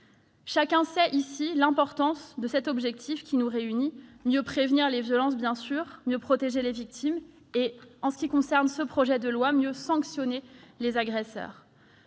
Chacun sait ici l'importance de ces objectifs qui nous réunissent : mieux prévenir les violences, bien sûr, mieux protéger les victimes et, en ce qui concerne ce projet de loi, mieux sanctionner les agresseurs.